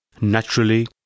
Naturally